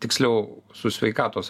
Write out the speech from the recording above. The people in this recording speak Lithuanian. tiksliau su sveikatos